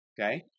okay